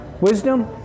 wisdom